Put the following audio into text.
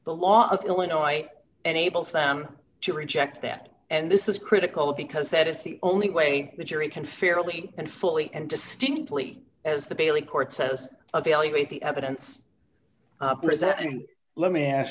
the law of illinois enables them to reject that and this is critical because that is the only way the jury can fairly and fully and distinctly as the bailey court says of failure rate the evidence present and let me ask